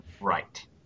Right